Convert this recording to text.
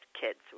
kids